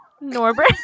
Norbert